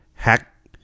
hack